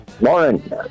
Morning